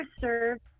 served